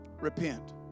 repent